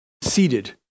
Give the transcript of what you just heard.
seated